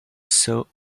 saw